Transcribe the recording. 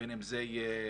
בין אם זה חופשות,